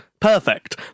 perfect